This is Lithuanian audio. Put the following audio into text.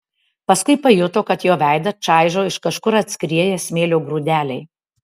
paskui pajuto kad jo veidą čaižo iš kažkur atskrieję smėlio grūdeliai